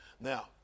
Now